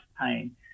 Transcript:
pain